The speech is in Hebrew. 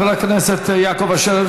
חבר הכנסת יעקב אשר,